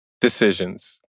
decisions